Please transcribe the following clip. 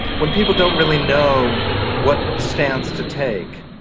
when people don't really know what stance to take,